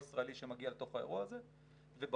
ישראלי שמגיע לתוך האירוע הזה ובפועל,